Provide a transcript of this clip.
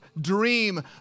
dream